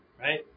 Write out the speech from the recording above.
right